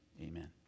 Amen